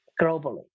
Globally